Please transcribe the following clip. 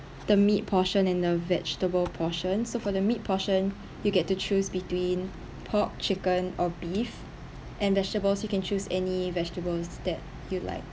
the meat portion and the vegetable portions for the meat portion you get to choose between pork chicken or beef and vegetables you can choose any vegetables that you like